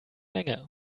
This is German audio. länge